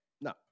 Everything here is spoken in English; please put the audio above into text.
No